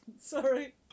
Sorry